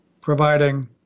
providing